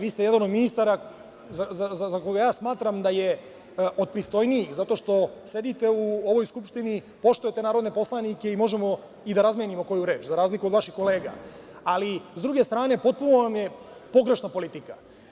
Vi ste jedan od ministara za koga smatram da je od pristojnijih, zato što sedite u ovoj Skupštini, poštujete narodne poslanike i možemo da razmenimo koju reč za razliku od vaših kolega, ali s druge strane, potpuno vam je pogrešna politika.